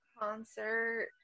concert